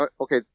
okay